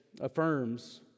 affirms